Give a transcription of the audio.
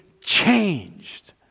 changed